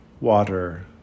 water